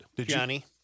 Johnny